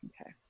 Okay